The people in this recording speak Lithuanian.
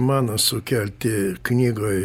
mano sukelti knygoj